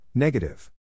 Negative